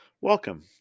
Welcome